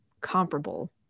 comparable